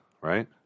right